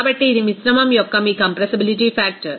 కాబట్టి ఇది మిశ్రమం యొక్క మీ కంప్రెస్సిబిలిటీ ఫాక్టర్